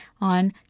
on